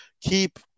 keep